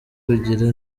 kugira